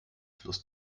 fluss